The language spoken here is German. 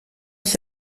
ich